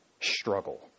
struggle